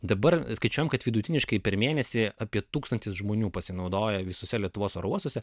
dabar skaičiuojam kad vidutiniškai per mėnesį apie tūkstantis žmonių pasinaudoja visose lietuvos oro uostuose